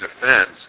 defense